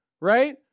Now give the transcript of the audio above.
Right